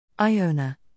Iona